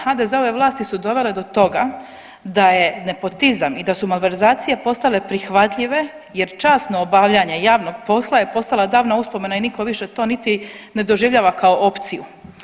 HDZ-ove vlasti su dovele do toga da je nepotizam i da su malverzacije postale prihvatljive jer časno obavljanje javnog posla je postala davna uspomena i niko više to niti ne doživljava kao opciju.